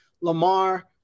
Lamar